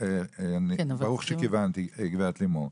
ברוך שכיוונתי, גב' לימור,